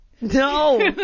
No